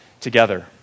together